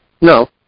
no